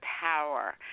Power